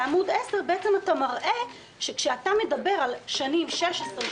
בעמוד 10 אתה מראה שכאשר אתה מדבר על השנים 2016,